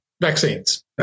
vaccines